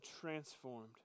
transformed